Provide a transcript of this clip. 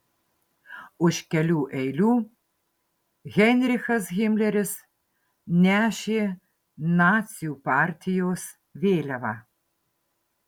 už kelių eilių heinrichas himleris nešė nacių partijos vėliavą